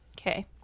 Okay